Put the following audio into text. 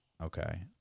Okay